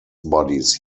bodies